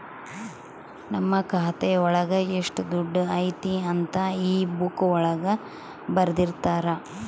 ನಮ್ ಖಾತೆ ಒಳಗ ಎಷ್ಟ್ ದುಡ್ಡು ಐತಿ ಅಂತ ಈ ಬುಕ್ಕಾ ಒಳಗ ಬರ್ದಿರ್ತರ